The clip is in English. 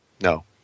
no